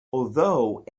although